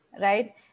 right